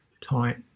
tight